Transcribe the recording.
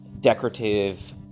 decorative